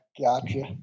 Gotcha